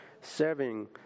serving